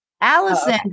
Allison